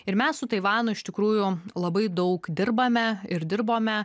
ir mes su taivanu iš tikrųjų labai daug dirbame ir dirbome